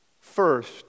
First